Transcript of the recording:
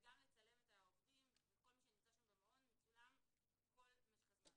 וגם לצלם את העובדים וכל מי שנמצא שם במעון מצולם כל משך הזמן.